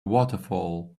waterfall